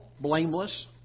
blameless